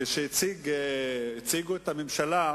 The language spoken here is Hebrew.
זה פשוט אקרובטיקה לשונית,